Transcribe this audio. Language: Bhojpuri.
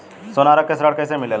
सोना रख के ऋण कैसे मिलेला?